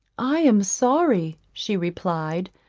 i am sorry, she replied,